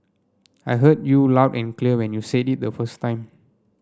I heard you love and clear when you said it the first time